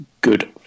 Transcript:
good